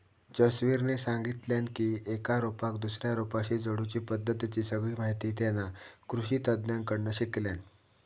जसवीरने सांगितल्यान की एका रोपाक दुसऱ्या रोपाशी जोडुची पद्धतीची सगळी माहिती तेना कृषि तज्ञांकडना शिकल्यान